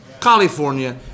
California